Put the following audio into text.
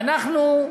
אנחנו,